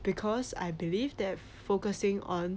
because I believe that focusing on